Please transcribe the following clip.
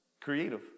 creative